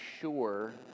sure